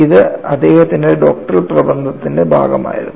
ഇത് അദ്ദേഹത്തിന്റെ ഡോക്ടറൽ പ്രബന്ധത്തിന്റെ ഭാഗമായിരുന്നു